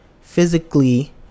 physically